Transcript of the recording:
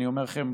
אני אומר לכם,